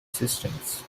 systems